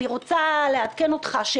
אני רוצה לעדכן אותך,